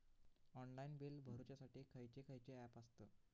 Online bill भरुच्यासाठी खयचे खयचे ऍप आसत?